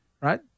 right